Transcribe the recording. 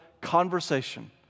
conversation